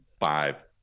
five